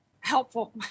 helpful